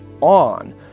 on